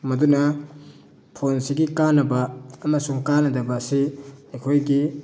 ꯃꯗꯨꯅ ꯐꯣꯟꯁꯤꯒꯤ ꯀꯥꯅꯕ ꯑꯃꯁꯨꯡ ꯀꯥꯅꯗꯕ ꯑꯁꯤ ꯑꯩꯈꯣꯏꯒꯤ